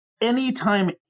anytime